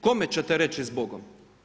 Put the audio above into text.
Kome ćete reći zbogom?